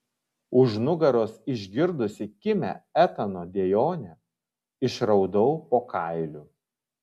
už nugaros išgirdusi kimią etano dejonę išraudau po kailiu